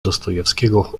dostojewskiego